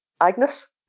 Agnes